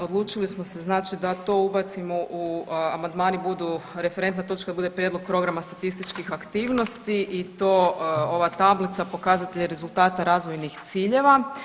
Odlučili smo da to ubacimo u amandmani budu referentna točka bude prijedlog programa statističkih aktivnosti i to ova tablica pokazatelji rada rezultata razvojnih ciljeva.